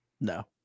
No